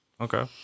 Okay